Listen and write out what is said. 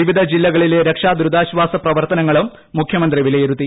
വിവിധ ജില്ലകളിലെ രക്ഷാ ദുരിതാശ്വാസ പ്രവർത്തനങ്ങളും മുഖ്യമന്ത്രി വിലയിരുത്തി